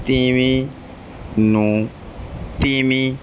ਤੀਵੀਂ ਨੂੰ ਤੀਮੀ